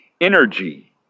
Energy